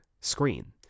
screen